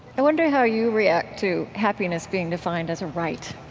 i wonder how you react to happiness being defined as a right?